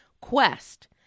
Quest